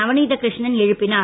நவநீதகிருஷ்ணன் எழுப்பினார்